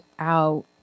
out